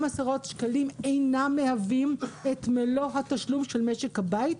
עשרות שקלים אינם מהווים את מלוא התשלום של משק הבית.